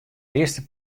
earste